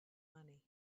money